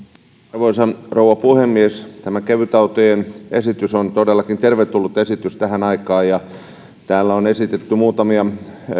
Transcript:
arvoisa rouva puhemies tämä kevytautojen esitys on todellakin tervetullut esitys tähän aikaan täällä on esitetty muutamia